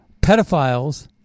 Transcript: pedophiles